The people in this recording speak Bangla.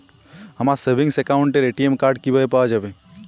আমার সেভিংস অ্যাকাউন্টের এ.টি.এম কার্ড কিভাবে পাওয়া যাবে?